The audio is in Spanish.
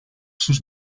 sus